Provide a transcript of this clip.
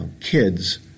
kids